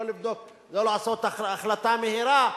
לא לעשות החלטה מהירה,